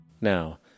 Now